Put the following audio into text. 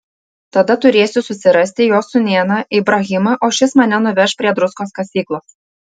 tada turėsiu susirasti jo sūnėną ibrahimą o šis mane nuveš prie druskos kasyklos